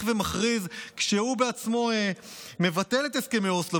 ומכריז שהוא בעצמו מבטל את הסכמי אוסלו,